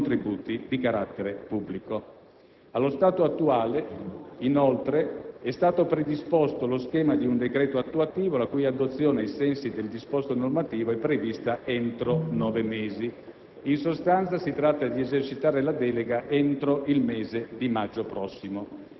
requisito indispensabile per accedere ad agevolazioni, finanziamenti e contributi di carattere pubblico. Allo stato attuale, inoltre, è stato predisposto lo schema di un decreto attuativo la cui adozione, ai sensi del disposto normativo, è prevista entro nove mesi